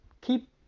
keep